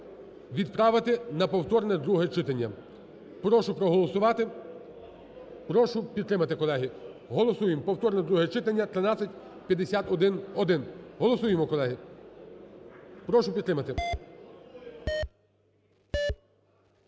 відправити на повторне друге читання. Прошу проголосувати, прошу підтримати, колеги. Голосуємо повторне друге читання 1351-1, голосуємо, колеги. Прошу підтримати.